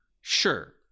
sure